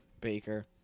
Baker